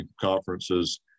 conferences